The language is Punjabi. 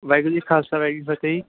ਵਾਹਿਗੁਰੂ ਜੀ ਕਾ ਖਾਲਸਾ ਵਾਹਿਗੁਰੂ ਜੀ ਕੀ ਫਤਿਹ